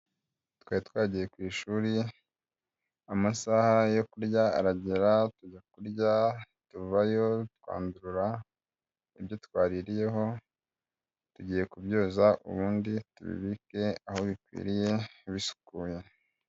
Twari twagiye ku ishuri. Amasaha yo kurya aragera tujya kurya, tuvayo, twandurura, ibyo twaririyeho. Tugiye kubyoza ubundi tubibike aho bikwiriye bisukuye.